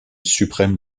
suprême